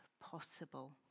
possible